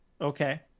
Okay